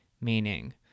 meaning